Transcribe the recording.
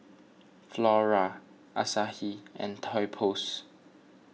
Flora Asahi and Toy Outpost